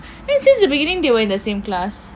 since the beginning they were in the same class